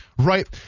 Right